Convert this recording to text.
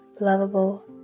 lovable